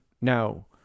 Now